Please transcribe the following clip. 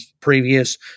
previous